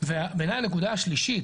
בעייני הנקודה השלישית,